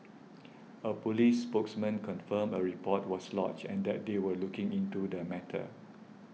a police spokesman confirmed a report was lodged and that they were looking into the matter